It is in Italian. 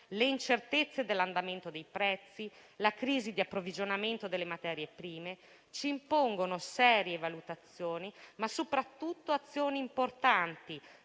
le incertezze dell'andamento dei prezzi e la crisi di approvvigionamento delle materie prime ci impongono serie valutazioni, ma soprattutto azioni importanti